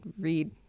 read